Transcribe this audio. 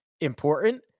important